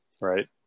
right